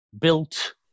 built